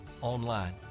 online